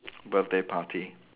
birthday party